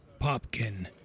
Popkin